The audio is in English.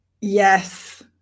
Yes